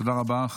תודה רבה.